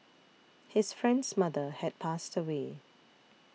his friend's mother had passed away